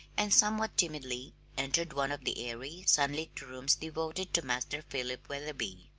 and somewhat timidly entered one of the airy, sunlit rooms devoted to master philip wetherby.